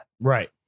Right